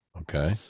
Okay